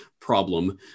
problem